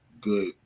good